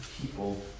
people